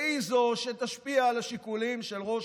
שהיא זו שתשפיע על השיקולים של ראש